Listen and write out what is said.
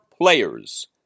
players